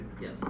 Yes